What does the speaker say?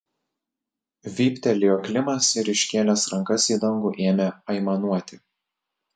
vyptelėjo klimas ir iškėlęs rankas į dangų ėmė aimanuoti